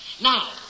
Now